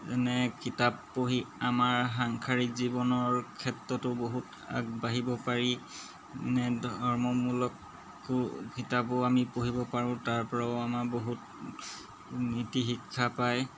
যেনে কিতাপ পঢ়ি আমাৰ সাংসাৰিক জীৱনৰ ক্ষেত্ৰতো বহুত আগবাঢ়িব পাৰি ধৰ্ম মূলকো কিতাপো আমি পঢ়িব পাৰোঁ তাৰপৰাও আমাৰ বহুত নীতিশিক্ষা পায়